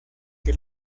que